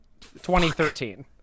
2013